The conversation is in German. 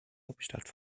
hauptstadt